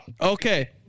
Okay